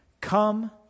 Come